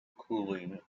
cooling